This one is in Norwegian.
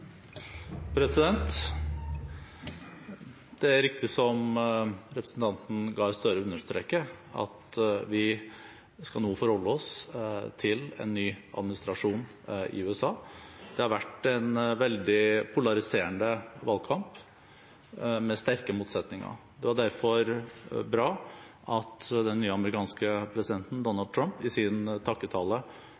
Det er riktig som representanten Gahr Støre understreker, at vi nå skal forholde oss til en ny administrasjon i USA. Det har vært en veldig polariserende valgkamp med sterke motsetninger. Det var derfor bra at den nye amerikanske presidenten,